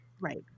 right